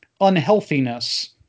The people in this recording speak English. unhealthiness